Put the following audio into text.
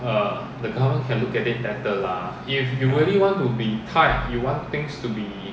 ya